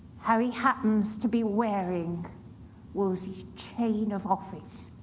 how he happens to be wearing wolsey's chain of office.